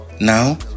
Now